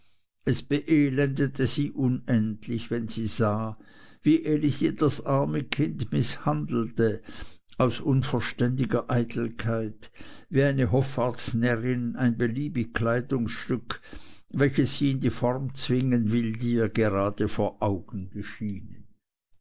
es beelendete sie unendlich wenn sie sah wie elisi das arme kind mißhandelte aus unverständiger eitelkeit wie eine hoffartsnärrin ein beliebig kleidungsstück welches sie in die form zwingen will die ihr gerade in die augen geschienen